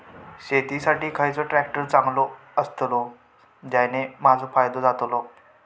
शेती साठी खयचो ट्रॅक्टर चांगलो अस्तलो ज्याने माजो फायदो जातलो?